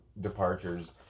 departures